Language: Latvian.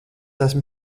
esmu